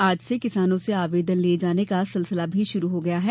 आज से किसानों से आवेदन लिये जाने का सिलसिला भी शुरू हो गया है